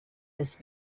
this